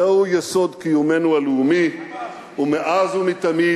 זהו יסוד קיומנו הלאומי ומאז ומתמיד,